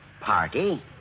Party